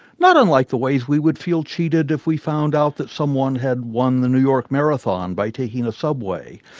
not unlike the ways we would feel cheated if we found out that someone had won the new york marathon by taking a subway,